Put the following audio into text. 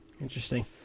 Interesting